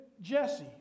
Jesse